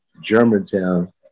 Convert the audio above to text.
Germantown